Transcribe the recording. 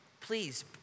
please